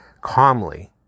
calmly